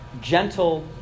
gentle